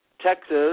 Texas